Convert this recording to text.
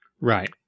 Right